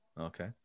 Okay